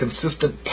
consistent